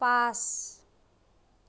পাঁচ